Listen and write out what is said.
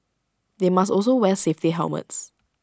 they must also wear safety helmets